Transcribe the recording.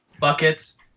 buckets